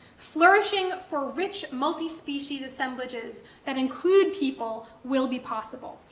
flourishing for rich multi-species assemblages that include people will be possible.